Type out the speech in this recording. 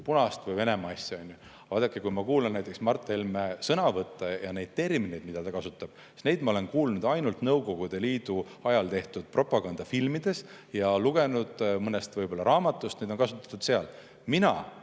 punast või Venemaa asja?" Aga vaadake, kui ma kuulan näiteks Mart Helme sõnavõtte ja neid termineid, mida ta kasutab, siis neid ma olen kuulnud ainult Nõukogude Liidu ajal tehtud propagandafilmides ja lugenud mõnest raamatust. Neid on kasutatud seal. Mina